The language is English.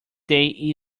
day